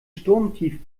sturmtief